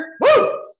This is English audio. Woo